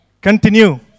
continue